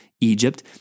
Egypt